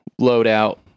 loadout